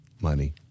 money